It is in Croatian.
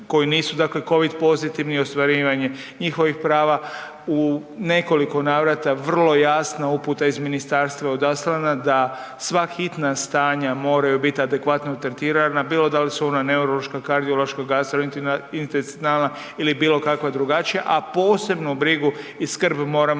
koji nisu dakle Covid pozitivni i ostvarivanje njihovih prava. U nekoliko navrata vrlo jasna uputa iz ministarstva je odaslana da sva hitna stanja moraju biti adekvatno tretirana, bilo da li su ona neurološka, kardiološka, gastrointestinalna ili bilo kakva drugačija, a posebnu brigu i skrb moramo